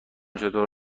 چطور